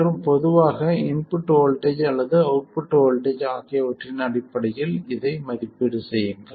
மற்றும் பொதுவாக input voltage அல்லது அவுட்புட் வோல்ட்டேஜ் ஆகியவற்றின் அடிப்படையில் இதை மதிப்பீடு செய்யுங்கள்